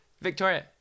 Victoria